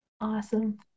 awesome